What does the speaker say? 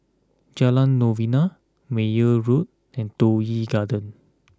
Jalan Novena Meyer Road and Toh Yi Garden